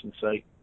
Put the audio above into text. site